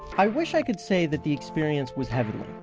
i wish i could say that the experience was heavenly.